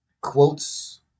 quotes